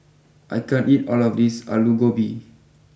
I can't eat all of this Alu Gobi